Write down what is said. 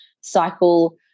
cycle